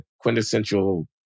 quintessential